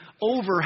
over